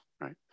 right